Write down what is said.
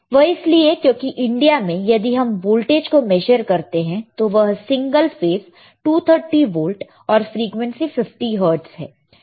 वह इसलिए क्योंकि इंडिया में यदि हम वोल्टेज को मेजर करते हैं तो वह सिंगल फेस 230 वोल्ट और फ्रीक्वेंसी 50 हर्ट्ज़ है